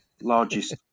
Largest